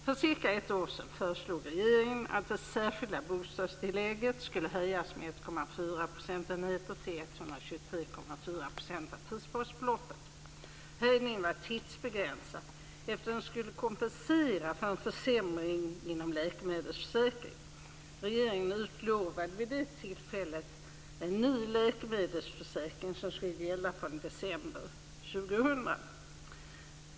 För cirka ett år sedan föreslog regeringen att det särskilda bostadstillägget skulle höjas med 1,4 Regeringen utlovade vid det tillfället en ny läkemedelsförsäkring, som skulle gälla fr.o.m. december 2000.